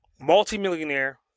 multi-millionaire